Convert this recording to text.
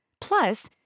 plus